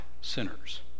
sinners